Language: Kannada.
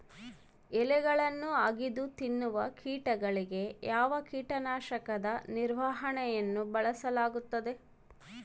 ಎಲೆಗಳನ್ನು ಅಗಿದು ತಿನ್ನುವ ಕೇಟಗಳಿಗೆ ಯಾವ ಕೇಟನಾಶಕದ ನಿರ್ವಹಣೆಯನ್ನು ಬಳಸಲಾಗುತ್ತದೆ?